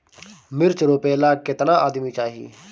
मिर्च रोपेला केतना आदमी चाही?